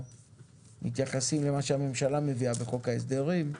מתייחסים למה שהממשלה מביאה בחוק ההסדרים,